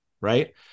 right